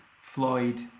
Floyd